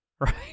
right